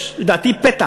ולדעתי יש פתח,